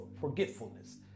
forgetfulness